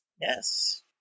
Yes